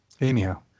Anyhow